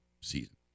season